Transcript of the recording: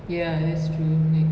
ya that's true like